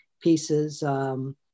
pieces